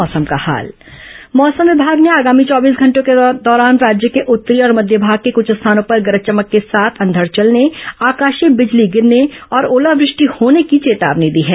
मौसम मौसम विमाग ने आगामी चौबीस घंटों के दौरान राज्य के उत्तरी और मध्य भाग में कुछ स्थानों पर गरज चमक के साथ अंधड़ चलने आकाशीय बिजली गिरने और ओलावृष्टि होने की चेतावनी दी है